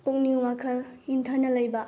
ꯄꯨꯛꯅꯤꯡ ꯋꯥꯈꯜ ꯏꯪꯊꯅ ꯂꯩꯕ